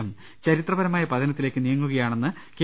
M ചരിത്രപരമായ പതനത്തിലേയ്ക്ക് നീങ്ങുകയാ ണെന്ന് കെ